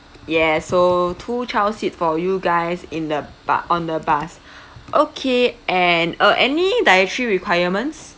ya so two child seat for you guys in the bu~ on the bus okay and uh any dietary requirements